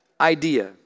idea